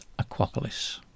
Aquapolis